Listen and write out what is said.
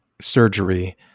surgery